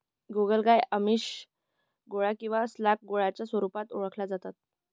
गोगलगाय आमिष, गोळ्या किंवा स्लॅग गोळ्यांच्या स्वरूपात ओळखल्या जाता